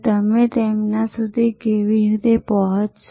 તમે તેમના સુધી કેવી રીતે પહોંચશો